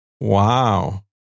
Wow